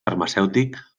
farmacèutic